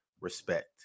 Respect